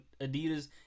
Adidas